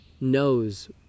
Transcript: knows